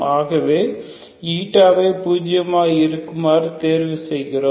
ஆகவே ஐ பூஜியமாக இருக்குமாறு தேர்வு செய்கிறோம்